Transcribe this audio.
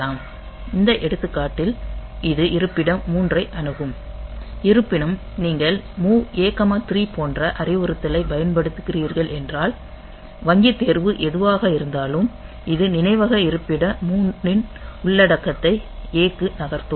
இந்த எடுத்துக்காட்டில் இது இருப்பிடம் 3 ஐ அணுகும் இருப்பினும் நீங்கள் MOV A 3 போன்ற அறிவுறுத்தலைப் பயன்படுத்துகிறீர்கள் என்றால் வங்கித் தேர்வு எதுவாக இருந்தாலும் இது நினைவக இருப்பிடம் 3ன் உள்ளடக்கத்தை A க்கு நகர்த்தும்